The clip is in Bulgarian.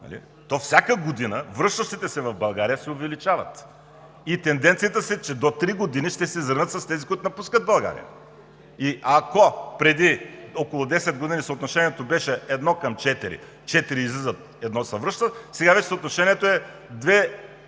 то всяка година връщащите се в България се увеличават и тенденцията е, че до 3 години ще се изравнят с тези, които напускат България. Ако преди около 10 години съотношението беше 1:4 – четирима излизат един се връща, сега вече съотношението е 2:3,